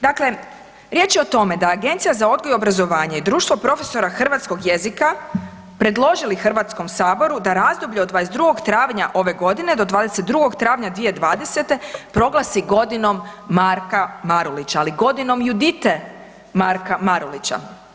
Dakle riječ je o tome da je Agencija za odgoj i obrazovanja i društvo profesora hrvatskog jezika predložili HS-u da razdoblje od 22. travnja ove godine do 22. travnja 2020. proglasi Godinom Marka Marulića, ali godinom Judite Marka Marulića.